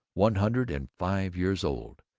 one hundred and five years old,